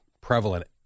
prevalent